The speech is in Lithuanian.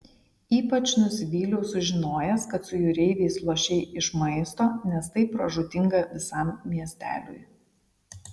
ypač nusivyliau sužinojęs kad su jūreiviais lošei iš maisto nes tai pražūtinga visam miesteliui